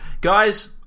Guys